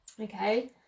okay